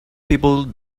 people